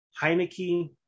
Heineke